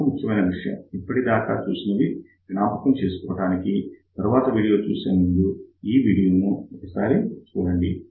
మరో ముఖ్యమైన విషయం ఇప్పటి దాకా చూసినవి జ్ఞాపకము చేసుకొనడానికి తరువాతి వీడియో చూసే ముందు ఈ వీడియోను మరొకసారి చూడండి